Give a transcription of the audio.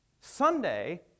Sunday